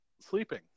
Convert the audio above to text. sleeping